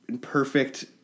Perfect